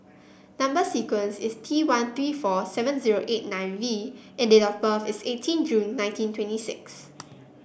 number sequence is T one three four seven zero eight nine V and date of birth is eighteen June nineteen twenty six